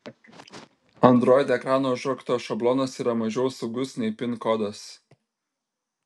android ekrano užrakto šablonas yra mažiau saugus nei pin kodas